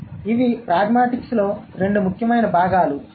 కాబట్టి ఇవి ప్రాగ్మాటిక్స్లో రెండు ముఖ్యమైన భాగాలు